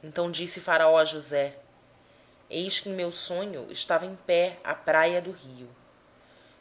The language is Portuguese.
então disse faraó a josé eis que em meu sonho estava em pé na praia do rio